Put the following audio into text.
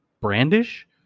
brandish